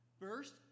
First